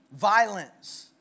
violence